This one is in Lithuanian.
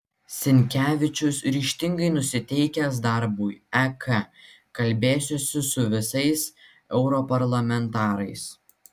sinkevičius ryžtingai nusiteikęs darbui ek kalbėsiuosi su visais europarlamentarais